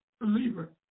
believer